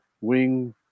wing